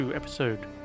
Episode